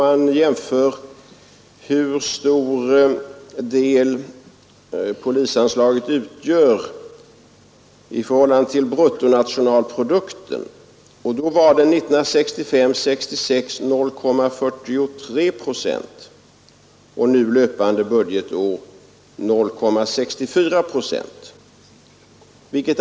Man kan ange hur stor del polisanslaget utgör av bruttonationalprodukten. 1965/66 utgjorde det 0,43 procent, och nu löpande budgetår utgör det 0,64 procent.